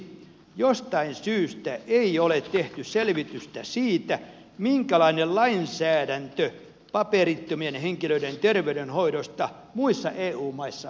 jostain syystä ei ole tehty selvitystä siitä minkälainen lainsäädäntö paperittomien henkilöiden terveydenhoidosta muissa eu maissa on